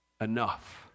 enough